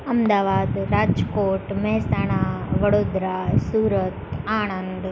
Ahmedabad Rajkot Mehsana Vadodara Surat Anand